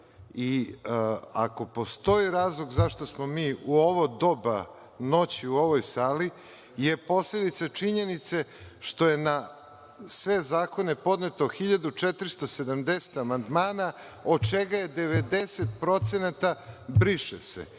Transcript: i ako postoji razlog zašto smo mi u ovo doba noći u ovoj sali je posledica činjenice što je na sve zakone podneto 1470 amandmana od čega je 90% - briše se. To